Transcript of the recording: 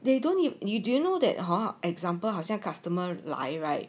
they don't you you do know that hor example 好像 customer 来 right